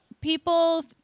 people